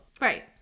Right